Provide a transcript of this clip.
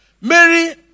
Mary